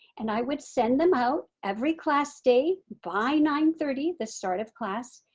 and i would send them out every class day by nine thirty, the start of class.